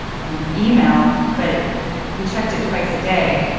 you know, email. but we checked it twice a day.